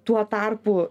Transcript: tuo tarpu